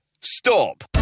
Stop